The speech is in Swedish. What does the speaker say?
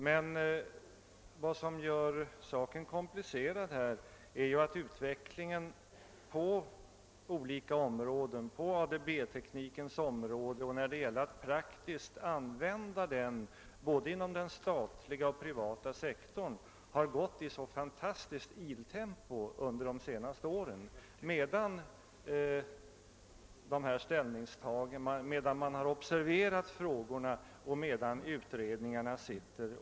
Vad som emellertid gör frågan kom plicerad är att utvecklingen inom de olika områdena av ADB-tekniken och beträffande dennas praktiska användning både inom den statliga och den privata sektorn har gått framåt i iltempo under de senaste åren, allt medan frågorna har observerats och utredningarna löpt vidare.